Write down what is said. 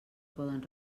poden